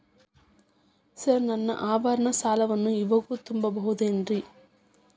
Sir ನನ್ನ ಆಭರಣ ಸಾಲವನ್ನು ಇವಾಗು ತುಂಬ ಬಹುದೇನ್ರಿ?